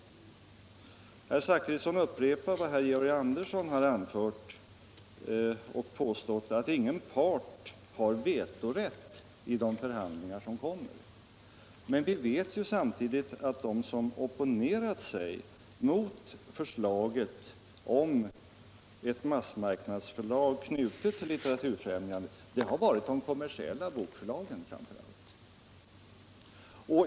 Herr Zachrisson upprepar vad herr Georg Andersson också påstod - att ingen part har vetorätt i de förhandlingar som kommer. Men vi vet ju samtidigt att de som opponerat sig mot förslaget om et massmarknadsförlag, knutet till Litteraturfrämjandet, har varit framför allt de kommersiella bokförlagen.